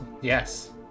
yes